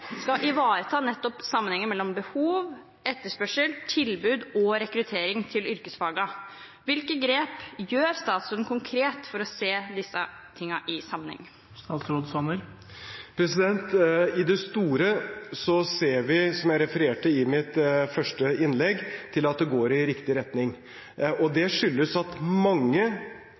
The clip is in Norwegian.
skal ivareta nettopp sammenhengen mellom behov, etterspørsel, tilbud og rekruttering til yrkesfagene. Hvilke grep tar statsråden konkret for å se dette i sammenheng? I det store ser vi, som jeg refererte til i mitt første innlegg, at det går i riktig retning. Det skyldes at mange